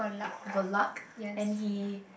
Werlick and he